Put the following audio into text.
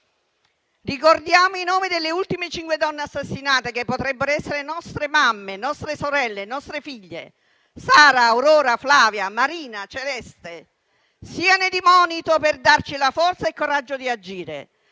Ricordiamo i nomi delle ultime cinque donne assassinate, che potrebbero essere nostre mamme, nostre sorelle, nostre figlie: Sara, Aurora, Flavia, Marina e Celeste. Siano esse di monito per darci la forza e il coraggio di agire.